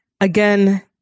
Again